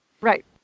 Right